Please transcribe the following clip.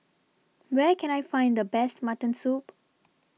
Where Can I Find The Best Mutton Soup